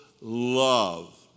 love